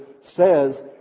says